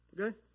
Okay